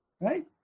Right